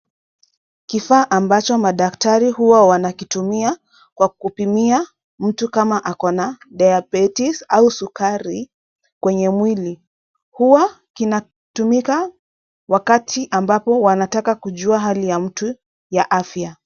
Kifaa ambacho madaktari huwa wanakitumia kwa kupimia mtu kama ako na diabetes au sukari kwenye mwili. Huwa kinatumika wakati ambapo wanataka kujua hali ya mtu ya afya.